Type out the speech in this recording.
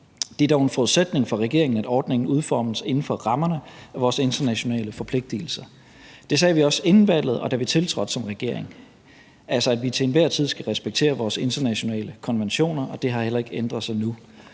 Det er dog en forudsætning for regeringen, at ordningen udformes inden for rammerne af vores internationale forpligtelser. Det sagde vi også inden valget og da vi tiltrådte som regering, altså at vi til enhver tid skal respektere de internationale konventioner, og det har heller ikke ændret sig nu.